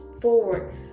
forward